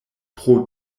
pro